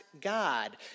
God